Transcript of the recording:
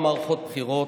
אופורטוניסט.